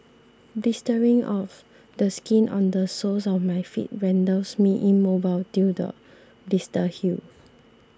blistering of the skin on the soles of my feet renders me immobile till the blisters heal